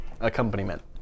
accompaniment